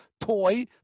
toy